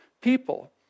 people